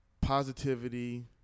positivity